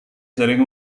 sering